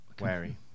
wary